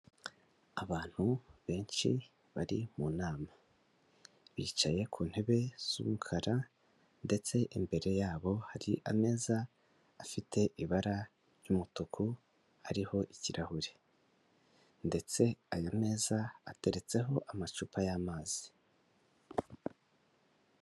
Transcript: Abantu benshi bari mu nama, bicaye ku ntebe z'umukara ndetse imbere yabo hari ameza afite ibara ry'umutuku, ariho ikirahure ndetse ayo meza ateretseho amacupa y'amazi.